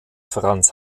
franz